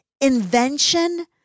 invention